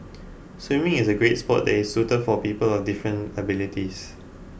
swimming is a great sport that is suited for people of different abilities